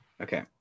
Okay